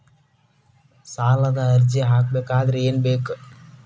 ಸಾಲದ ಅರ್ಜಿ ಹಾಕಬೇಕಾದರೆ ಏನು ಬೇಕು?